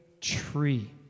tree